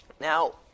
Now